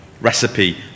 recipe